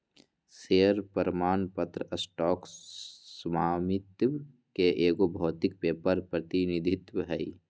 share प्रमाण पत्र stock स्वामित्व के एगो भौतिक पेपर प्रतिनिधित्व हइ